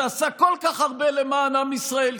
שעשה כל כך הרבה למען עם ישראל,